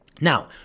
Now